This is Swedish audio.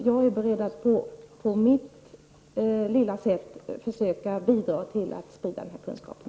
Jag är beredd att på mitt sätt försöka bidra till att sprida kunskapen.